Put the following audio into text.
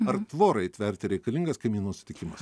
ar tvorai tverti reikalingas kaimynų sutikimas